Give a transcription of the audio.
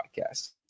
Podcast